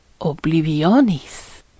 Oblivionis